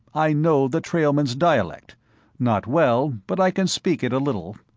i know the trailmen's dialect not well, but i can speak it a little.